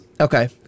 Okay